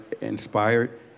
inspired